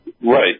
Right